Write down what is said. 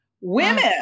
women